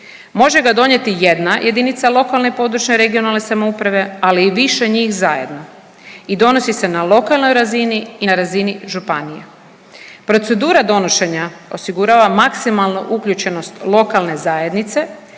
Može ga donijeti jedna JLPRS, ali i više njih zajedno i donosi se na lokalnoj razini i na razini županija. Procedura donošenja osigurava maksimalnu uključenost lokalne zajednice